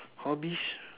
hobbies